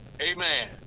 Amen